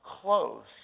close